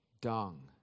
dung